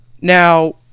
Now